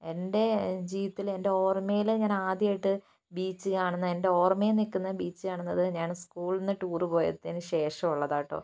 എൻ്റെ ജീവിതത്തിൽ എൻ്റെ ഓർമ്മയിൽ ഞാൻ ആദ്യമായിട്ട് ബീച്ച് കാണുന്നത് എൻ്റെ ഓർമ്മയിൽ നിൽക്കുന്ന ബീച്ച് കാണുന്നത് ഞാൻ സ്കൂളിൽനിന്ന് ടൂർ പോയതിനു ശേഷം ഉള്ളതാണ് കേട്ടോ